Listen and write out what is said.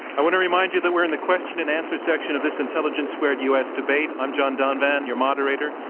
i want to remind you that we're in the question and answer section of this intelligence squared u. s. debate. i'm john donvan, your moderator.